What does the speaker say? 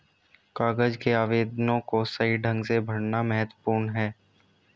कागज के आवेदनों को सही ढंग से भरना महत्वपूर्ण है